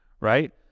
right